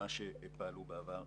ממה שפעלו בעבר.